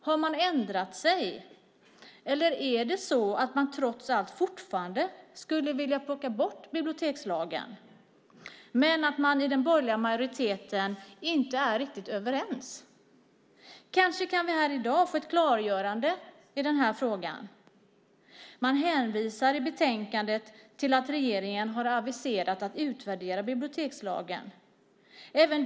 Har man ändrat sig, eller är det så att man trots allt fortfarande skulle vilja plocka bort bibliotekslagen men att man i den borgerliga majoriteten inte är riktigt överens? Kanske vi här i dag kan få ett klargörande i den här frågan? Man hänvisar i betänkandet till att regeringen har aviserat en utvärdering av bibliotekslagen.